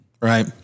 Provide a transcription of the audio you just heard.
Right